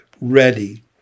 ready